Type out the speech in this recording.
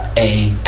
a